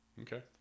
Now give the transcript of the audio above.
Okay